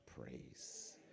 praise